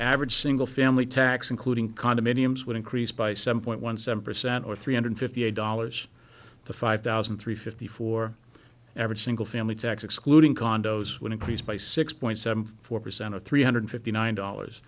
average single family tax including condominiums would increase by seven point one seven percent or three hundred fifty eight dollars the five thousand and three fifty for every single family tax excluding condos would increase by six point seven four percent to three hundred fifty nine dollars